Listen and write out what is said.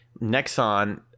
Nexon